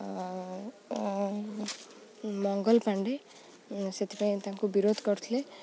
ମଙ୍ଗଲ ପଣ୍ଡେ ସେଥିପାଇଁ ତାଙ୍କୁ ବିରୋଧ କରିଥିଲେ